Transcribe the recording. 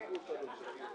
תודה רבה, הישיבה סגורה.